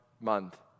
month